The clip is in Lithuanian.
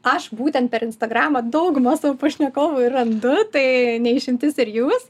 aš būtent per instagramą daugumas pašnekovų ir randu tai ne išimtis ir jūs